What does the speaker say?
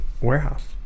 warehouse